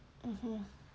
mmhmm